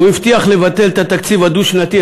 הוא הבטיח לבטל את התקציב הדו-שנתי,